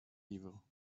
evil